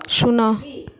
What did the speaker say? ଶୂନ